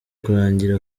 kurangira